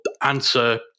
answer